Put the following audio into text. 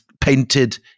painted